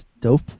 dope